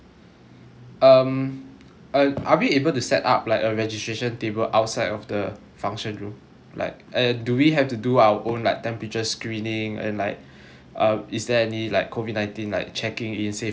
um uh are we able to set up like a registration table outside of the function room like and do we have to do our own like temperature screening and like uh is there any like COVID nineteen like checking in safe entry or anything